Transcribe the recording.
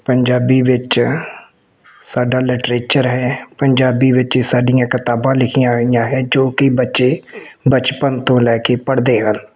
ਪੰਜਾਬੀ ਵਿੱਚ ਸਾਡਾ ਲਿਟਰੇਚਰ ਹੈ ਪੰਜਾਬੀ ਵਿੱਚ ਹੀ ਸਾਡੀਆਂ ਕਿਤਾਬਾਂ ਲਿਖੀਆਂ ਗਈਆਂ ਹੈ ਜੋ ਕਿ ਬੱਚੇ ਬਚਪਨ ਤੋਂ ਲੈ ਕੇ ਪੜ੍ਹਦੇ ਹਨ